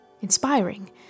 inspiring